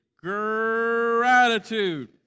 Gratitude